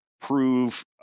prove